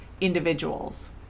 individuals